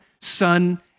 Son